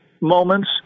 moments